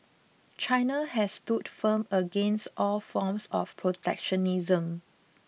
China has stood firm against all forms of protectionism